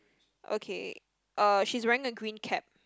okay uh she's wearing a green cap